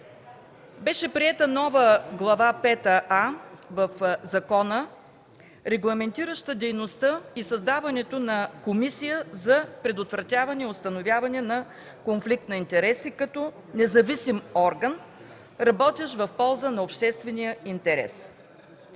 беше приета нова Глава 5а в закона, регламентираща дейността и създаването на Комисия за предотвратяване и установяване на конфликт на интереси като независим орган, работещ в полза на обществения интерес.